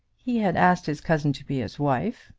he had asked his cousin to be his wife,